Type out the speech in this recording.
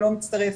לא יצטרף,